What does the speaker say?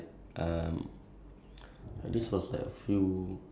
okay for me like you know I'm like a very picky eater right